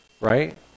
Right